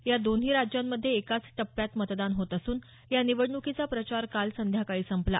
या दोन्ही राज्यांमध्ये एकाच टप्प्यात मतदान होत असून या निवडणुकीचा प्रचार काल संध्याकाळी संपला